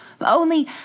Only